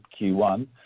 q1